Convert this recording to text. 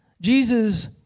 Jesus